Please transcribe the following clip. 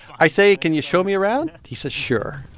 i say, can you show me around? he says, sure.